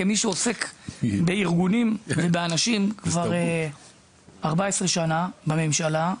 כמי שעוסק בארגונים ובאנשים כבר 14 שנה, בממשלה,